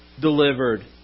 Delivered